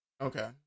Okay